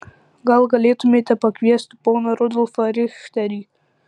gal galėtumėte pakviesti poną rudolfą richterį